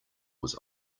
was